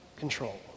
Control